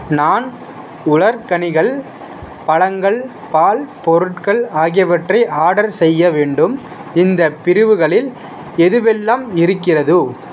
நான் உலர்கனிகள் பழங்கள் பால் பொருட்கள் ஆகியவற்றை ஆர்டர் செய்ய வேண்டும் இந்தப் பிரிவுகளில் எதுவெல்லாம் இருக்கிறது